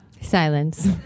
Silence